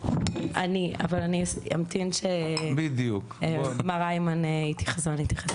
אני, אבל אני אמתין שמר היימן יתייחס ואני אתייחס.